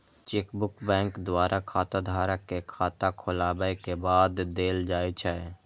chequebook bank द्वारा खाताधारक कें खाता खोलाबै के बाद देल जाइ छै